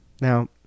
Now